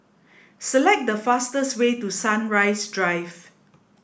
select the fastest way to Sunrise Drive